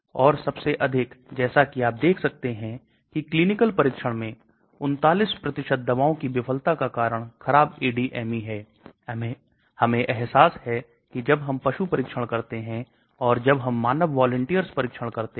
इसलिए efflux transporters यहां मौजूद हैं जो उन कंपाउंड को बाहर फेंक देते हैं जो बाहरी दिखते हैं